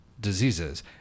diseases